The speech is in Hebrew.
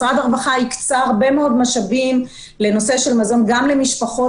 משרד הרווחה הקצה הרבה מאוד משאבים למזון גם למשפחות